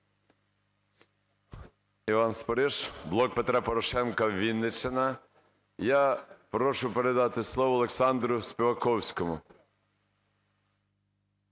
Дякую